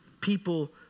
people